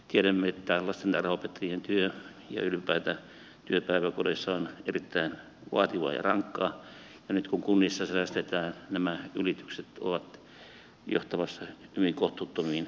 tiedämme että lastentarhanopettajien työ ja ylipäätään työ päiväkodeissa on erittäin vaativaa ja rankkaa ja nyt kun kunnissa säästetään nämä ylitykset ovat johtamassa hyvin kohtuuttomiin tilanteisiin